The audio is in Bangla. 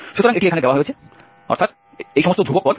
সুতরাং এটি এখানে নেওয়া হয়েছে যা এই সমস্ত ধ্রুবক পদ